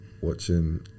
watching